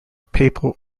papal